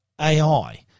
AI